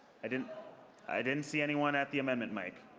i didn't i didn't see anyone at the amendment mic.